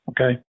okay